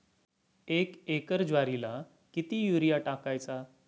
एक एकर ज्वारीला किती युरिया टाकायचा?